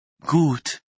Gut